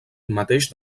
mateix